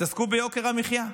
תתעסקו ביוקר המחיה,